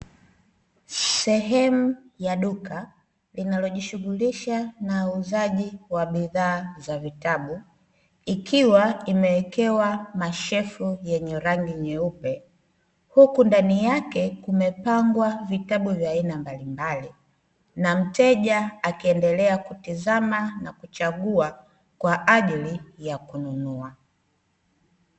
Sehemu ya duka, linalojishughulisha na uuzaji wa bidhaa za vitabu, ikiwa imewekewa mashelfu yenye rangi nyeupe, huku ndani yake kumepangwa vitabu vya aina mbalimbali, na mteja akiendelea kutizama na kuchagua, kwa ajili ya kununua.